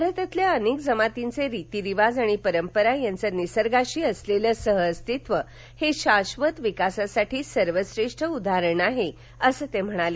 भारतातल्या अनेक जमातींचे रितीरिवाज आणि परंपरा यांचं निसर्गाशी असलेलं सहअस्तित्व हे शाधत विकासासाठी सर्वश्रेष्ठ उदाहरण आहे असं ते म्हणाले